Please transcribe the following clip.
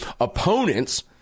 Opponents